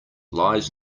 lies